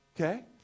Okay